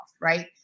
right